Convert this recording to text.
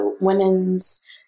women's